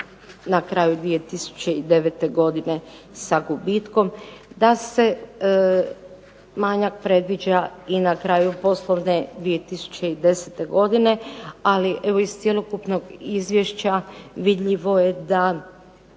na kraju 2009. godine sa gubitkom. Da se manjak predviđa i na kraju poslovne 2010. godine, ali evo iz cjelokupnog izvješća vidljivo je da